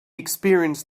experienced